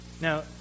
Now